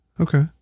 Okay